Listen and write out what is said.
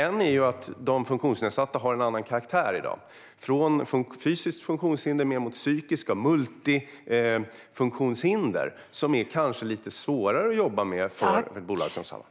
En är att de funktionsnedsatta har en annan karaktär i dag, från fysiskt funktionshinder till psykiska funktionshinder och multifunktionshinder, som kanske är lite svårare att jobba med för bolag som Samhall.